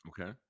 Okay